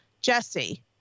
jesse